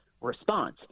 response